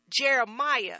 Jeremiah